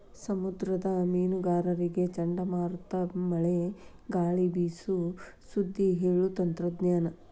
ಸಮುದ್ರದ ಮೇನುಗಾರರಿಗೆ ಚಂಡಮಾರುತ ಮಳೆ ಗಾಳಿ ಬೇಸು ಸುದ್ದಿ ಹೇಳು ತಂತ್ರಜ್ಞಾನ